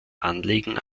anlegen